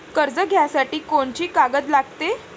कर्ज घ्यासाठी कोनची कागद लागते?